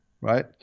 right